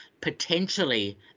potentially